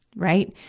right.